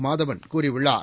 மாதவன் கூறியுள்ளார்